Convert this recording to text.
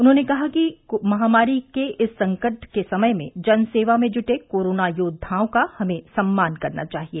उन्होंने कहा कि महामारी के इस संकट के समय में जनसेवा में जुटे कोरोना योद्वाओं का हमें सम्मान करना चाहिए